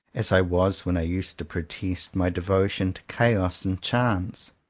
as i was when i used to protest my devotion to chaos and chance.